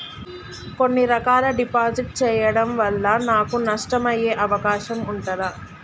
కొన్ని రకాల డిపాజిట్ చెయ్యడం వల్ల నాకు నష్టం అయ్యే అవకాశం ఉంటదా?